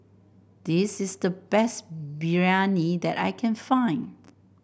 this is the best Biryani that I can find